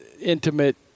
intimate